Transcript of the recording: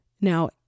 Now